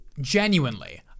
genuinely